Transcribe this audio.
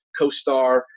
CoStar